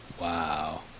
Wow